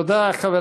תודה, חבר